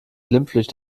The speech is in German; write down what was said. glimpflich